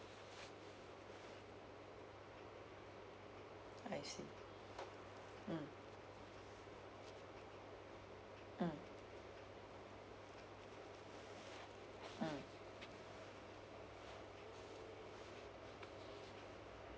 I see mm mm mm